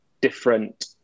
different